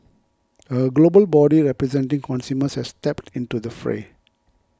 a global body representing consumers has stepped into the fray